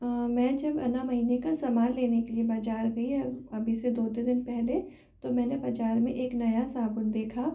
मैं जब अना महीनें का समान लेने के लिए बाज़ार गयी अभी से दो तीन दिन पहले तो मैंने बाज़ार में एक नया साबुन देखा